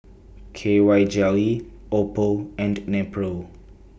K Y Jelly Oppo and Nepro